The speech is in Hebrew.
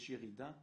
יש ירידה בדיווחים.